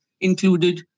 included